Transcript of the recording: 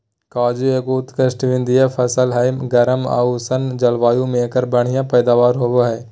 काजू एगो उष्णकटिबंधीय फसल हय, गर्म आर उष्ण जलवायु मे एकर बढ़िया पैदावार होबो हय